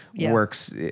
works